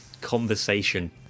conversation